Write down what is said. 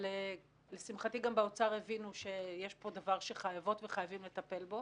אבל לשמחתי גם באוצר הבינו שיש פה דבר שחייבות וחייבים לטפל בו.